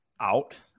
out